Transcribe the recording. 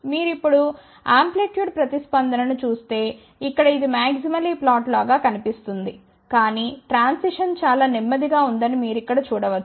మీరు ఇప్పుడు ఆంప్లిట్యూడ్ ప్రతిస్పందనను చూస్తే ఇక్కడ ఇది మాక్సిమలీ ఫ్లాట్ లాగా కనిపిస్తుంది కానీ ట్రాన్సిషన్ చాలా నెమ్మదిగా ఉందని మీరు ఇక్కడ చూడవచ్చు